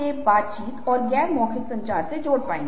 हमने अभी तक भावनाओं के एक समूह पर ध्यान दिया है